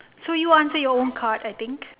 so you answer your own card I think